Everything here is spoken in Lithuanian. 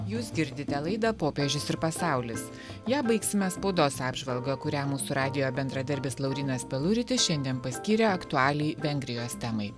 jūs girdite laidą popiežius ir pasaulis ją baigsime spaudos apžvalga kurią mūsų radijo bendradarbis laurynas peluritis šiandien paskyrė aktualiai vengrijos temai